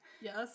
yes